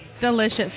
Delicious